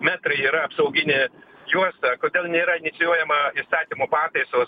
metrai yra apsauginė juosta kodėl nėra inicijuojama įstatymo pataisos